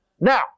Now